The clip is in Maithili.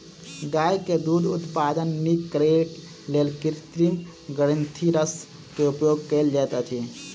गाय के दूध उत्पादन नीक करैक लेल कृत्रिम ग्रंथिरस के उपयोग कयल जाइत अछि